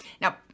now